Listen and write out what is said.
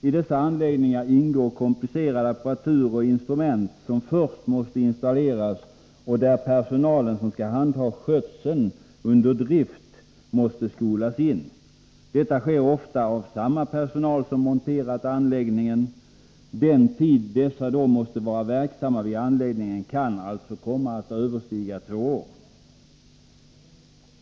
I dessa anläggningar ingår komplicerad apparaturoch instrumentutrustning som först måste installeras och där personalen som skall handha skötseln under drift måste skolas in, vilket ofta sker av samma personal som monterat anläggningen. Den tid som dessa då måste vara verksamma vid anläggningen kan komma att överstiga två år.